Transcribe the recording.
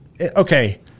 okay